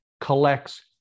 collects